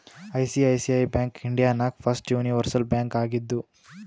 ICICI bank India ನಾಗ್ first universal bank ಆಗಿದ್ದು